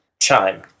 Chime